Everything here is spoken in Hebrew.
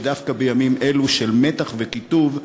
אני חושב שדווקא בימים אלו של מתח וקיטוב,